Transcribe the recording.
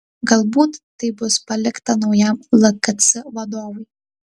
galbūt tai bus palikta naujam lkc vadovui